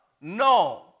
No